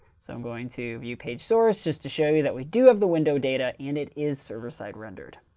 so i'm going to view page source, just to show you that we do have the window data, and it is server-side rendered.